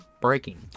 Breaking